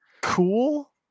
cool